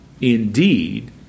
Indeed